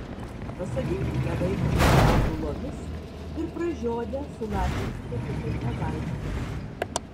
pasodinkite vaiką pusiau gulomis ir pražiodę sulašinkite pipete vaistus